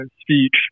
speech